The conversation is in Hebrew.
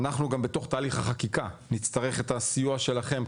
אנחנו גם בתוך תהליך החקיקה נצטרך את הסיוע שלכן,